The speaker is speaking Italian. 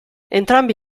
entrambi